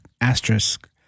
asterisk